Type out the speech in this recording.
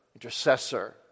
Intercessor